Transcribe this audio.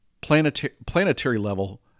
planetary-level